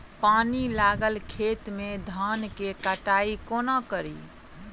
पानि लागल खेत मे धान केँ कटाई कोना कड़ी?